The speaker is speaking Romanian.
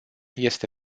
este